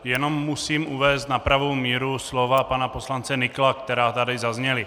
Jenom musím uvést na pravou míru slova pana poslance Nykla, která tady zazněla.